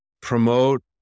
promote